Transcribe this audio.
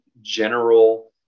general